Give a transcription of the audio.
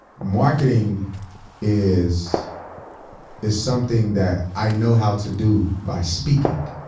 marketing is is something that i know how to do by speaking,